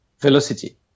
velocity